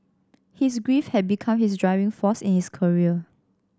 his grief had become his driving force in his career